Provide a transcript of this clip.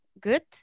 good